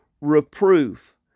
reproof